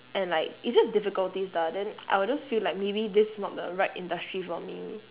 and like it's just difficulties lah then I'll just feel like maybe this is not the right industry for me